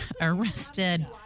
arrested